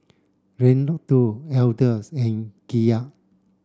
Reynaldo Elder and Kiya